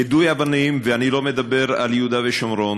יידוי אבנים, ואני לא מדבר על יהודה ושומרון